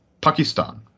pakistan